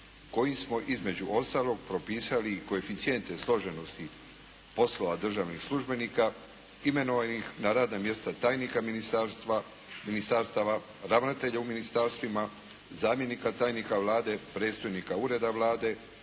koji smo, između ostalog, propisali i koeficijente složenosti poslova državnih službenika imenovanih na radna mjesta tajnika ministarstava, ravnatelja u ministarstvima, zamjenika tajnika Vlade, predstojnika Ureda Vlade,